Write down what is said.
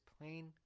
plain